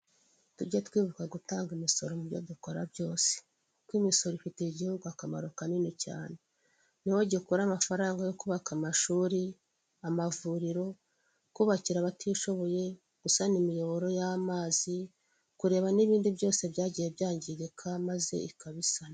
Tujye twibuka gutanga imisoro mu byo dukora byose, kuko imisoro ifitiye igihugu akamaro kanini cyane, ni ho gikora amafaranga yo kubaka amashuri, amavuriro, kubakira abatishoboye, gusana imiyoboro y'amazi, kureba n'ibindi byose byagiye byangirika maze ikabisana.